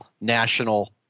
national